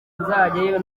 nzajyayo